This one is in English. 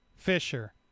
Fisher